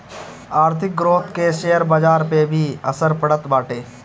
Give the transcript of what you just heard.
आर्थिक ग्रोथ कअ शेयर बाजार पअ भी असर पड़त बाटे